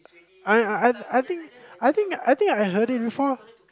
I I I I think I think I think I heard it before